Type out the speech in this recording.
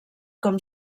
com